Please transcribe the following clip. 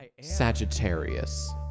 Sagittarius